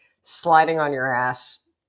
sliding-on-your-ass